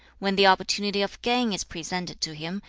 when the opportunity of gain is presented to him,